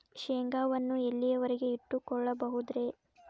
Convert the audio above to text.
ಶೇಂಗಾವನ್ನು ಎಲ್ಲಿಯವರೆಗೂ ಇಟ್ಟು ಕೊಳ್ಳಬಹುದು ರೇ?